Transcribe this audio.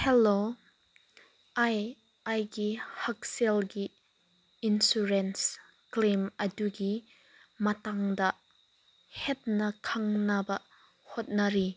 hello ꯑꯩ ꯑꯩꯒꯤ ꯍꯛꯁꯦꯜꯒꯤ ꯏꯟꯁꯨꯔꯦꯟꯁ ꯀ꯭ꯂꯦꯝ ꯑꯗꯨꯒꯤ ꯃꯇꯥꯡꯗ ꯍꯦꯟꯅ ꯈꯪꯅꯕ ꯍꯣꯠꯅꯔꯤ